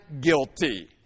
guilty